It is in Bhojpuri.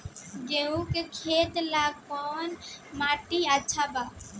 गेहूं के खेती ला कौन माटी अच्छा बा?